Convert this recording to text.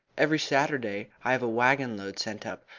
every saturday i have a waggon-load sent up,